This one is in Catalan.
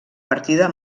partida